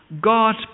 God